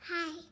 Hi